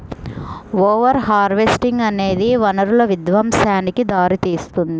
over harvesting అనేది వనరుల విధ్వంసానికి దారితీస్తుంది